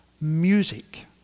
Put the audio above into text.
music